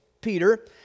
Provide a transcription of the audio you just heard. Peter